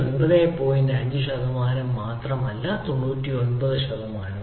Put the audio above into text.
5 ശതമാനം മാത്രമല്ല 99 ശതമാനവും